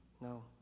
no